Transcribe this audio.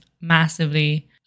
massively